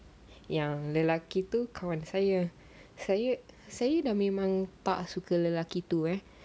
yang lelaki tu kawan saya saya saya dah memang tak suka lelaki tu ah